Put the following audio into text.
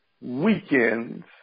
weekends